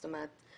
זאת אומרת,